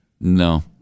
No